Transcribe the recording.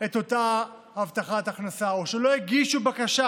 אותה הבטחת הכנסה, או שלא הגישו בקשה,